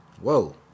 Whoa